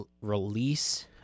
release